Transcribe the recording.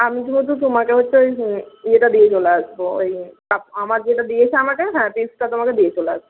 আমি শুধু তোমাকে হচ্ছে ওই ইয়েটা দিয়ে চলে আসবো ওই আমার যেটা দিয়েছে আমাকে হ্যাঁ পিসটা তোমাকে দিয়ে চলে আসবো